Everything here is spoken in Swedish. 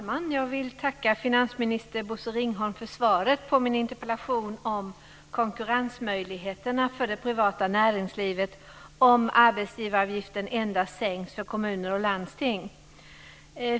Fru talman! Jag tackar finansminister Bosse Ringholm för svaret på min interpellation om konkurrensmöjligheterna för det privata näringslivet om arbetsgivaravgiften sänks endast för kommuner och landsting.